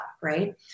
Right